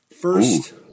First